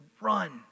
run